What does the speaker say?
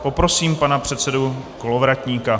Poprosím pana předsedu Kolovratníka.